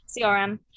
CRM